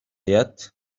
yet